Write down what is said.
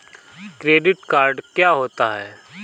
Credit card क्या होता है?